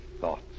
thought